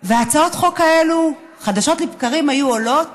הצעות החוק האלו, חדשות לבקרים היו עולות